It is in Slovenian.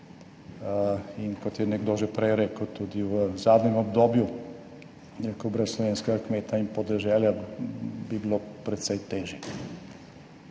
in, kot je nekdo že prej rekel, tudi v zadnjem obdobju, bi rekel, brez slovenskega kmeta in podeželja bi bilo precej težje.